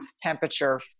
temperature